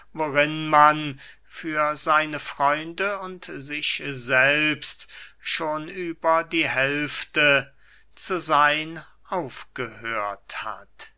worin man für seine freunde und sich selbst schon über die hälfte zu seyn aufgehört hat